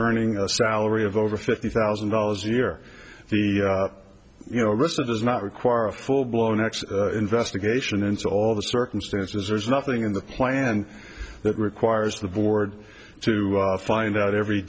earning a salary of over fifty thousand dollars a year the you know listed as not require a full blown x investigation into all the circumstances there's nothing in the plan that requires the board to find out every